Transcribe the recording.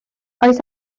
oes